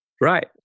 Right